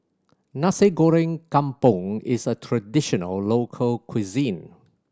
Nasi Goreng Kampung is a traditional local cuisine